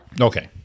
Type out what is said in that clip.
Okay